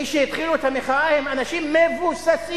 מי שהתחילו את המחאה הם אנשים מבוססים.